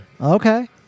Okay